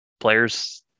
players